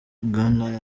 bwana